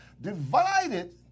Divided